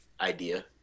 idea